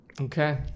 Okay